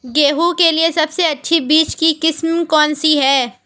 गेहूँ के लिए सबसे अच्छी बीज की किस्म कौनसी है?